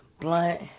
blunt